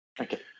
okay